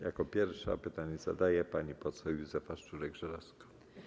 Jako pierwsza pytanie zadaje pani poseł Józefa Szczurek-Żelazko.